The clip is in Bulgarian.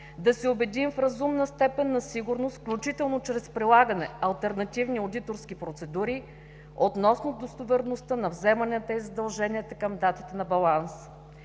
да се убедим в разумна степен на сигурност, включително чрез прилагане алтернативни одиторски процедури, относно достоверността на вземанията и задълженията към датата на баланса.